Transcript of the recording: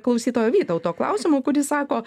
klausytojo vytauto klausimo kuris sako